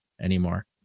anymore